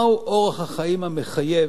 מהו אורח החיים המחייב,